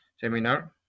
seminar